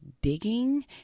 digging